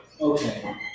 Okay